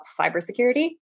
cybersecurity